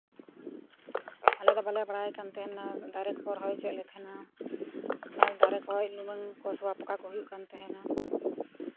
ᱟᱞᱮ ᱫᱚ ᱵᱟᱞᱮ ᱵᱟᱲᱟᱭ ᱠᱟᱱ ᱛᱟᱦᱮᱱᱟ ᱫᱟᱨᱮ ᱠᱚᱠᱚ ᱨᱚᱦᱚᱭ ᱦᱚᱪᱚᱭᱮᱫ ᱞᱮ ᱛᱟᱦᱮᱱᱟ ᱟᱨ ᱫᱟᱨᱮ ᱠᱷᱚᱡ ᱞᱩᱢᱟᱹᱝ ᱠᱚ ᱥᱚᱣᱟᱯᱳᱠᱟ ᱠᱚ ᱦᱩᱭᱩᱜ ᱠᱟᱱ ᱛᱟᱦᱮᱱᱟ